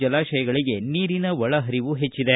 ಜಲಾತಯಗಳಿಗೆ ನೀರಿನ ಒಳ ಹರಿವು ಹೆಚ್ಚದೆ